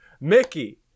Mickey